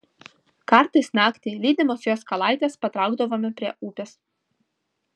kartais naktį lydimos jos kalaitės patraukdavome prie upės